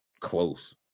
close